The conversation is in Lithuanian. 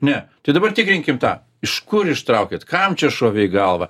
ne tai dabar tikrinkime tą iš kur ištraukėt kam čia šovė į galvą